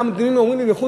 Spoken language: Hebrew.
מה אומרים לי?